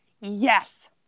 yes